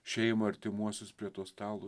šeimą artimuosius prie to stalo